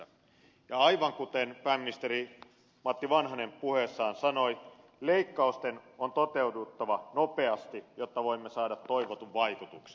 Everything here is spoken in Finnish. ja aivan kuten pääministeri matti vanhanen puheessaan sanoi leikkausten on toteuduttava nopeasti jotta voimme saada toivotun vaikutuksen